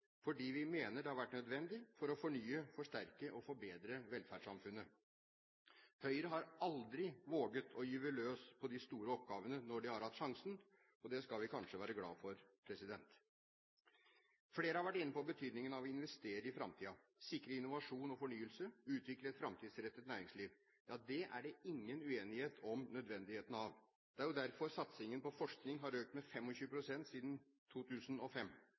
fordi vi mener det har vært nødvendig for å fornye, forsterke og forbedre velferdssamfunnet. Høyre har aldri våget å gyve løs på de store oppgavene når de har hatt sjansen, og det skal vi kanskje være glade for. Flere har vært inne på betydningen av å investere i framtiden, sikre innovasjon og fornyelse, utvikle et framtidsrettet næringsliv. Ja, det er det ingen uenighet om nødvendigheten av. Det er jo derfor satsingen på forskning har økt med 25 pst. siden 2005.